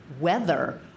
weather